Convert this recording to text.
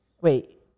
Wait